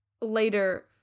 later